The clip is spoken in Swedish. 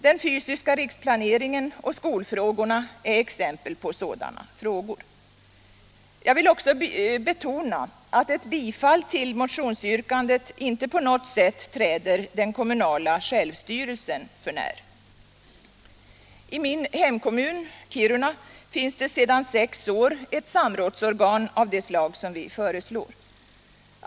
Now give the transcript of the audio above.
Den fvsiska riksplaneringen och skolfrågorna är exempel på sådana frågor. Jag vill också betona att ett bifall till motionsyrkandet inte på något sätt träder den kommunala självstyrelsen för när. I min hemkommun Kiruna finns sedan sex år ett samrådsorgan av det slag vi föreslår.